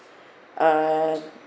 uh